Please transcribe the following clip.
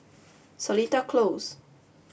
Seletar Close